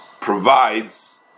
provides